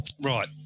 Right